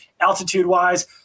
altitude-wise